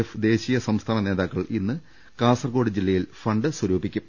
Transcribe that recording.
F ദേശീയ സംസ്ഥാന നേതാക്കൾ ഇന്ന് കാസർകോട് ജില്ലയിൽ ഫണ്ട് സ്വരൂപിക്കും